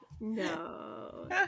no